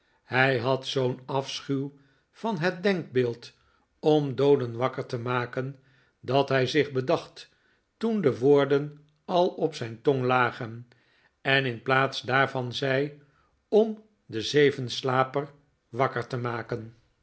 hij had zoo'n afschuw van het denkbeeld om dooden wakker te maken dat hij zich bedacht toen de woorden al op zijn tong lagen en in plaats daarvan zei om de zevenslapers wakker te maken